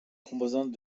composante